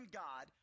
god